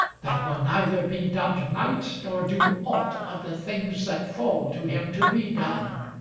that will neither be dubbed knight, nor do aught of the things that fall to him to be done.